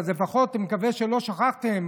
אני מקווה לפחות שלא שכחתם,